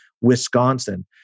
Wisconsin